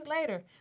later